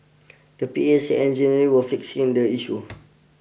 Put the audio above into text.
the P A said engineers were fixing the issue